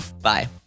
Bye